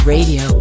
Radio